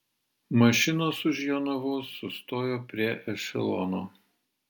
mašinos už jonavos sustojo prie ešelono